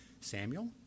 Samuel